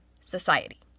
Society